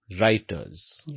writers